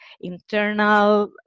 internal